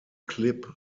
clip